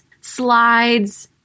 slides